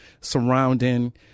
surrounding